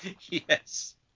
Yes